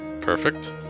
Perfect